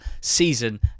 season